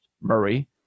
Murray